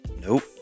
nope